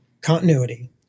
continuity